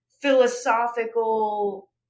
philosophical